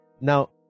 Now